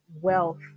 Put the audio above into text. wealth